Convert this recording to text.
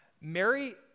Mary